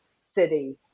city